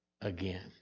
again